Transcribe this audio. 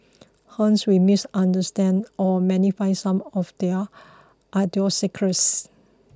hence we misunderstand or magnify some of their idiosyncrasies